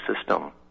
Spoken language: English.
system